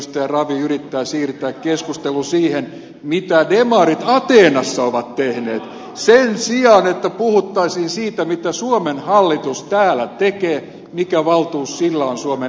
ravi yrittää siirtää keskustelun siihen mitä demarit ateenassa ovat tehneet sen sijaan että puhuttaisiin siitä mitä suomen hallitus täällä tekee mikä valtuus sillä on suomen eduskunnalta